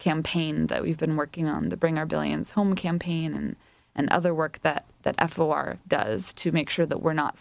campaign that we've been working on the bring our billions home campaign and and other work that that effort are does to make sure that we're not